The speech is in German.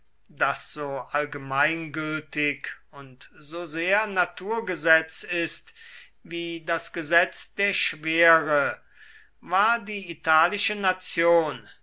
das so allgemeingültig und so sehr naturgesetz ist wie das gesetz der schwere war die italische nation